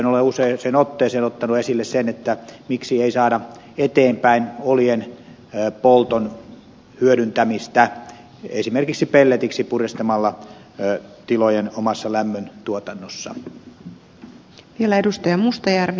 olen useaan otteeseen ottanut esille sen miksi ei saada eteenpäin oljen polton hyödyntämistä tilojen omassa lämmöntuotannossa esimerkiksi pelletiksi puristamalla